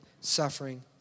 suffering